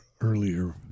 earlier